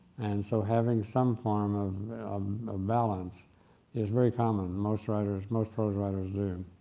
and so having some form of um ah balance is very common. most writers, most prose writers do.